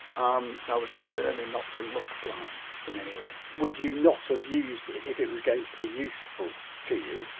um so, i was determined not to look blind in any way would you not have used it if it was going to be useful to you?